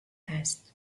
käest